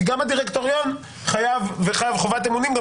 כי גם הדירקטוריון חייב חובת אמונים גם